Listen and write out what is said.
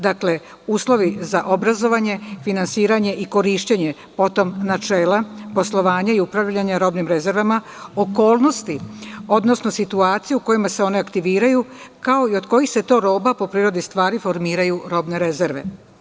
Dakle, uslovi za obrazovanje, finansiranje i korišćenje, potom, načela, poslovanja, načela i upravljanja robnim rezervama, okolnosti, odnosno situacije u kojima se one aktiviraju kao i od kojih se to roba po prirodi stvari formiraju robne rezerve.